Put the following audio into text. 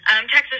Texas